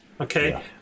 Okay